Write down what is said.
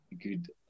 good